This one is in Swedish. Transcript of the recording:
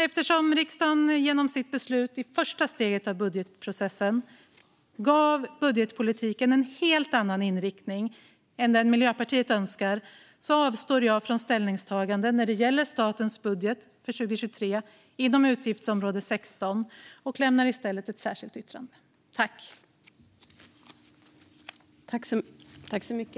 Eftersom riksdagen genom sitt beslut i det första steget av budgetprocessen gav budgetpolitiken en helt annan inriktning än den Miljöpartiet önskar avstår jag från ställningstagande när det gäller statens budget för 2023 inom utgiftsområde 16 och lämnar i stället ett särskilt yttrande.